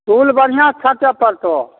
चूल बढ़िआँसँ छाँटऽ पड़तौ